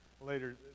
later